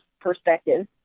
perspective